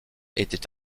était